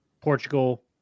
Portugal